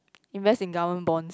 invest in government bonds